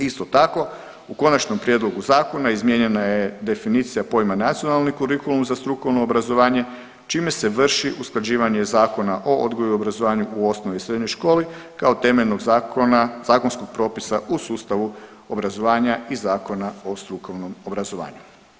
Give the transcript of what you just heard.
Isto tako u konačnom prijedlogu zakona izmijenjena je definicija pojma nacionalni kurikulum za strukovno obrazovanje čime se vrši usklađivanje Zakona o odgoju i obrazovanju u osnovnoj i srednjoj školi kao temeljnog zakonskog propisa u sustavu obrazovanja i Zakona o strukovnom obrazovanju.